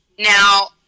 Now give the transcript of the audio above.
Now